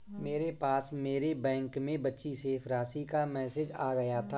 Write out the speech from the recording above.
मेरे पास मेरे बैंक में बची शेष राशि का मेसेज आ गया था